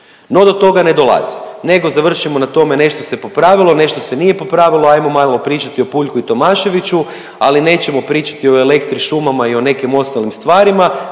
no do toga ne dolazi nego završimo na tome nešto se popravilo, nešto se nije popravilo. Ajmo malo pričati o Puljku i Tomaševiću ali nećemo pričati o Elektri, šumama i o nekim ostalim stvarima